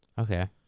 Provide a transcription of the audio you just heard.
Okay